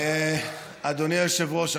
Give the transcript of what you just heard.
אדוני היושב-ראש,